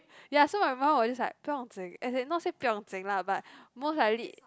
ya so my mum was just like 不用经:buyong jing as in not say 不用经:buyong jing lah but mostly likely